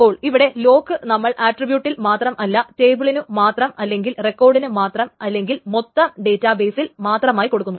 അപ്പോൾ ഇവിടെ ലോക്ക് നമ്മൾ ആട്രീബ്യൂട്ടിൽ മാത്രം അല്ലെങ്കിൽ ടേബിളിനു മാത്രം അല്ലെങ്കിൽ റിക്കോടിനു മാത്രം അല്ലെങ്കിൽ മൊത്തം ഡേറ്റാ ബെയ്സിൽ മാത്രമായി കൊടുക്കുന്നു